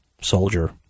soldier